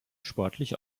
sportlich